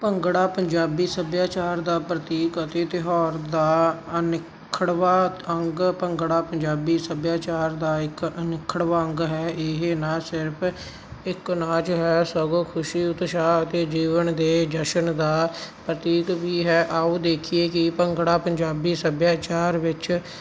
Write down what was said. ਭੰਗੜਾ ਪੰਜਾਬੀ ਸੱਭਿਆਚਾਰ ਦਾ ਪ੍ਰਤੀਕ ਅਤੇ ਤਿਉਹਾਰਾਂ ਦਾ ਅਨਿੱਖੜਵਾਂ ਅੰਗ ਭੰਗੜਾ ਪੰਜਾਬੀ ਸੱਭਿਆਚਾਰ ਦਾ ਇੱਕ ਅਨਿੱਖੜਵਾਂ ਅੰਗ ਹੈ ਇਹ ਨਾ ਸਿਰਫ ਇੱਕ ਨਾਚ ਹੈ ਸਗੋਂ ਖੁਸ਼ੀ ਉਤਸ਼ਾਹ ਅਤੇ ਜੀਵਨ ਦੇ ਜਸ਼ਨ ਦਾ ਪ੍ਰਤੀਕ ਵੀ ਹੈ ਆਓ ਦੇਖੀਏ ਕਿ ਭੰਗੜਾ ਪੰਜਾਬੀ ਸੱਭਿਆਚਾਰ ਵਿੱਚ